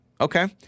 Okay